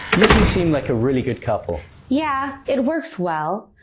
you two seem like a really good couple. yeah, it works well.